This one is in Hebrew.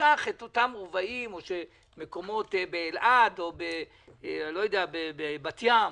באותם רבעים, מקומות באלעד או בבת ים,